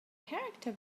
character